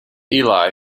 eli